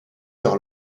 heure